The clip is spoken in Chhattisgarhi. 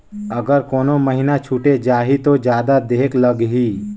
अगर कोनो महीना छुटे जाही तो जादा देहेक लगही?